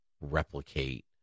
replicate